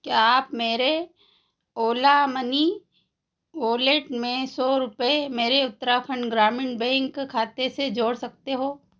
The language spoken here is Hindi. क्या आप मेरे ओला मनी वॉलेट में सौ रुपये मेरे उत्तराखंड ग्रामीण बैंक खाते से जोड़ सकते हो